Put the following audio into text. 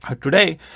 Today